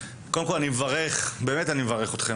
קודם כל אני מברך באמת אני מברך אתכם